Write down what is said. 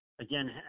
Again